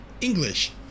English